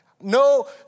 No